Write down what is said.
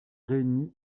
réunit